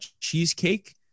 cheesecake